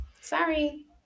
sorry